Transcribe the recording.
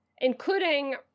including